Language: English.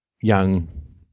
young